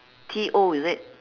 T O is it